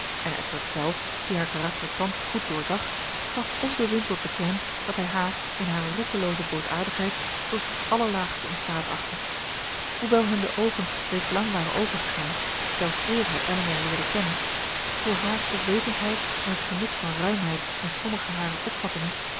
en edward zelf die haar karakter thans goed doorzag gaf onbewimpeld te kennen dat hij haar in hare roekelooze boosaardigheid tot het allerlaagste in staat achtte hoewel hem de oogen reeds lang waren opengegaan zelfs eer hij elinor leerde kennen voor hare onwetendheid en het gemis van ruimheid in sommige harer opvattingen